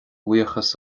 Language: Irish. bhuíochas